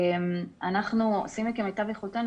אנחנו עושים כמיטב יכולתי,